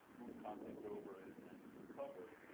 move content over it and recover.